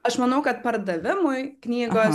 aš manau kad pardavimui knygos